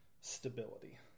stability